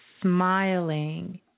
smiling